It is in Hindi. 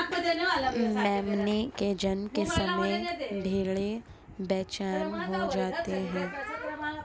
मेमने के जन्म के समय भेड़ें बेचैन हो जाती हैं